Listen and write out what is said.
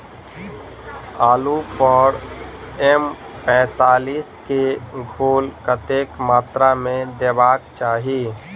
आलु पर एम पैंतालीस केँ घोल कतेक मात्रा मे देबाक चाहि?